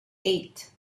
eight